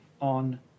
on